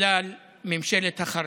בגלל ממשלת החרטא.